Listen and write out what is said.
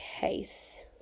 case